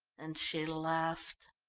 and she laughed.